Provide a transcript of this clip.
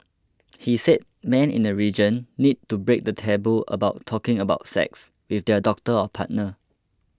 he said men in the region need to break the taboo about talking about sex with their doctor or partner